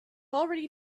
already